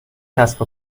کسب